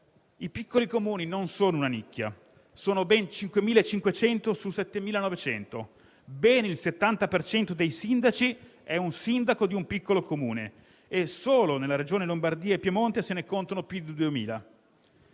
I piccoli Comuni non sono una nicchia: sono ben 5.500 su 7.900; ben il 70 per cento dei sindaci è sindaco di un piccolo Comune e solo nella Regione Lombardia e in Piemonte se ne contano più di 2.000.